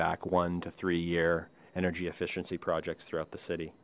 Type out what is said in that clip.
back one to three year energy efficiency projects throughout the city